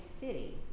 city